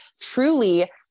truly